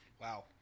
Wow